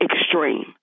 extreme